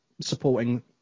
supporting